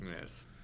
Yes